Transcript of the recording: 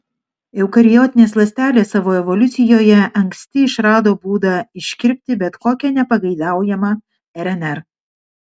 eukariotinės ląstelės savo evoliucijoje anksti išrado būdą iškirpti bet kokią nepageidaujamą rnr